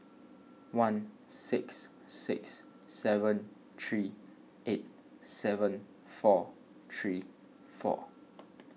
one six six seven three eight seven four three four